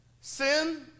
sin